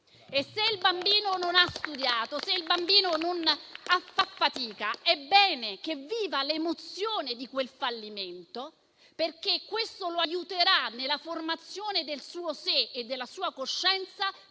e se il bambino non ha studiato, se il bambino fa fatica, è bene che viva l'emozione di quel fallimento, perché questo lo aiuterà nella formazione del suo sé e della sua coscienza